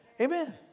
Amen